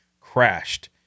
crashed